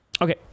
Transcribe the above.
Okay